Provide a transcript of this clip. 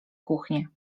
kuchnie